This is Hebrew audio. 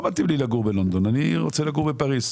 לא מתאים לי בלונדון; אני רוצה לגור בפריז,